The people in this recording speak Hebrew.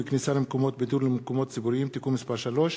בשירותים ובכניסה למקומות בידור ולמקומות ציבוריים (תיקון מס' 3)